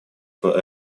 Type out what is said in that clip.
for